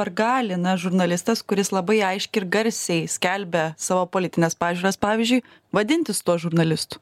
ar gali na žurnalistas kuris labai aiškiai ir garsiai skelbia savo politines pažiūras pavyzdžiui vadintis tuo žurnalistu